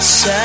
Sad